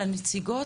לנציגות,